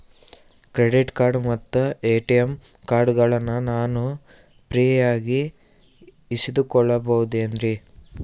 Credit ಮತ್ತ ATM ಕಾರ್ಡಗಳನ್ನ ನಾನು ಫ್ರೇಯಾಗಿ ಇಸಿದುಕೊಳ್ಳಬಹುದೇನ್ರಿ?